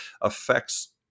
affects